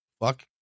fuck